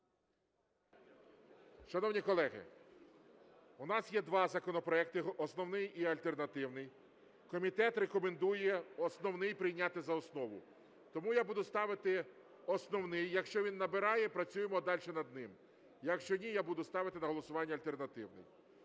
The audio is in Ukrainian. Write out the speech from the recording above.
Шановні колеги, у нас є два законопроекти: основний і альтернативний, комітет рекомендує основний прийняти за основу. Тому я буду ставити основний, якщо він набирає – працюємо далі над ним, якщо ні – я буду ставити на голосування альтернативний.